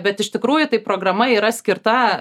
bet iš tikrųjų tai programa yra skirta